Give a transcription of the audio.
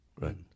Right